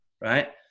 Right